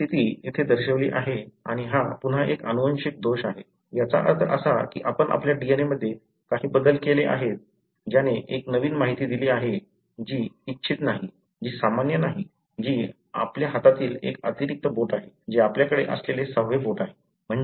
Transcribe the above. तर ती स्थिती येथे दर्शविली आहे आणि हा पुन्हा एक अनुवांशिक दोष आहे याचा अर्थ असा की आपण आपल्या DNA मध्ये काही बदल केले आहेत ज्याने एक नवीन माहिती दिली आहे जी इच्छित नाही जी सामान्य नाही जी आपल्या हातातील एक अतिरिक्त बोट आहे जे आपल्याकडे असलेले सहावे बोट आहे